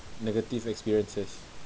negative experiences